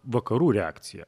vakarų reakcija